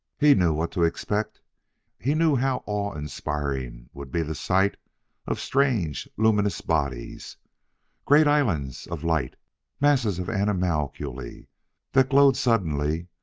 he knew what to expect he knew how awe-inspiring would be the sight of strange, luminous bodies great islands of light masses of animalculae that glowed suddenly,